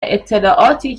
اطلاعاتی